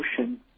ocean